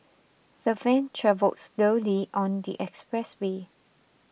the van travelled slowly on the expressway